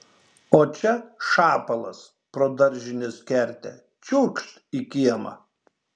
o čia šapalas pro daržinės kertę čiūkšt į kiemą